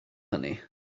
hynny